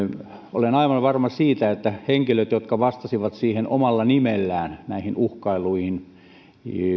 olen aivan varma siitä että henkilöt jotka vastasivat siihen omalla nimellään näihin uhkailuihin